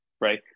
right